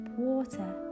water